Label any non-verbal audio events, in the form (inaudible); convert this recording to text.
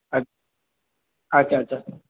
(unintelligible) আচ্ছা আচ্ছা